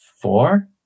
four